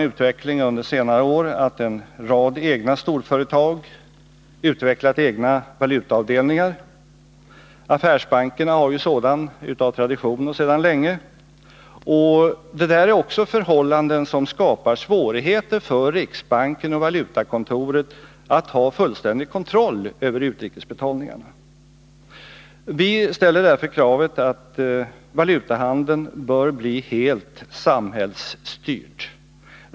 Utvecklingen under senare år har varit sådan att en rad storföretag utvecklat egna valutaavdelningar. Affärsbankerna har ju sådana av tradition och sedan länge. Det där är också förhållanden som skapar svårigheter för riksbanken och valutakontoret att ha fullständig kontroll över utrikesbetalningarna. Vi ställer därför kravet att valutahandeln bör bli helt samhällsstyrd.